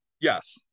Yes